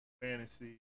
fantasy